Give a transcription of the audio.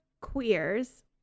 Queers